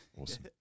Awesome